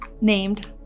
named